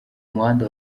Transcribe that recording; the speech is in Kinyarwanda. muhanda